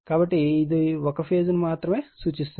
కాబట్టి ఇది ఒక ఫేజ్ ను మాత్రమే సూచిస్తుంది